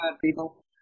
people